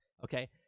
okay